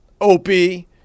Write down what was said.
Opie